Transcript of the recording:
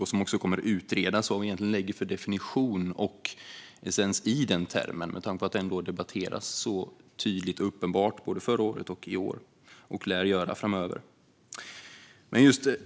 Det kommer också att utredas vad vi egentligen har för definition av den termen med tanke på att den debatterades så tydligt både förra året och i år och lär göra det även framöver.